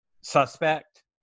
suspect